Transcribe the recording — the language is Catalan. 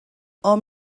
hom